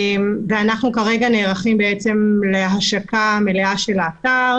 כרגע אנחנו נערכים להשקה מלאה של האתר.